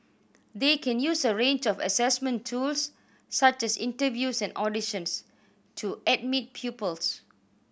they can use a range of assessment tools such as interviews and auditions to admit pupils